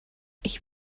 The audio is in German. ich